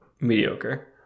mediocre